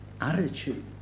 attitude